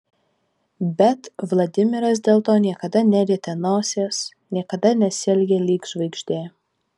bet vladimiras dėl to niekada nerietė nosies niekada nesielgė lyg žvaigždė